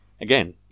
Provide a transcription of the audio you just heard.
Again